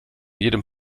jedem